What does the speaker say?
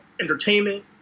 entertainment